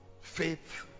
Faith